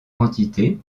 quantité